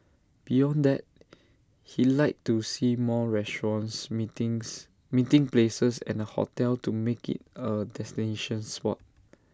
beyond that he like to see more restaurants meetings meeting places and A hotel to make IT A destination spot